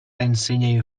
ensenya